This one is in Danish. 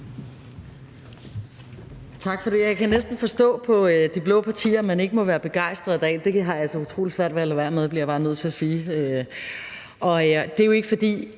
Tak for det. Jeg kan næsten forstå på de blå partier, at man ikke må være begejstret i dag. Det har jeg altså utrolig svært ved at lade være med at være, bliver jeg bare nødt til at sige.